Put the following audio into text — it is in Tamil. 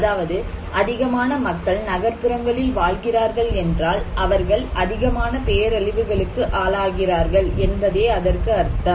அதாவது அதிகமான மக்கள் நகர்புறங்களில் வாழ்கிறார்கள் என்றால் அவர்கள் அதிகமான பேரழிவுகளுக்கு ஆளாகிறார்கள் என்பதே அதற்கு அர்த்தம்